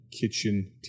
Kitchen